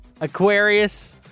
Aquarius